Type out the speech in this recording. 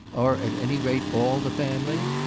are at any rate all the family?